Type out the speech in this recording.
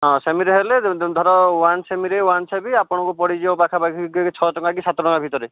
ହଁ ସେମିତି ହେଲେ ଧର ୱାନ୍ ସେମିରେ ୱାନ୍ ସେବି ଆପଣଙ୍କୁ ପଡ଼ିଯିବ ପାଖା ପାଖି କି ଛଅ ଟଙ୍କା କି ସାତ ଟଙ୍କା ଭିତରେ